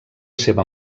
seva